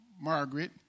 Margaret